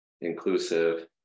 inclusive